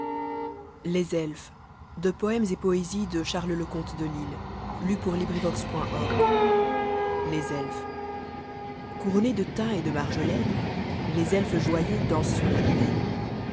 sur les kmons cfa s couronnés de thym et de marjolaine les elfes joyeux dansent sur la plaine